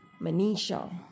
Manisha